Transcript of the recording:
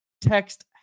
Text